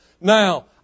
Now